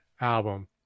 album